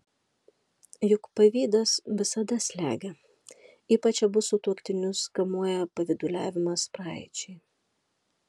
juk pavydas visada slegia ypač abu sutuoktinius kamuoja pavyduliavimas praeičiai